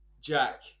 Jack